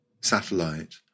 satellite